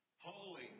Holy